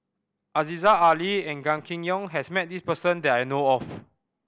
Aziza Ali and Gan Kim Yong has met this person that I know of